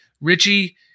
Richie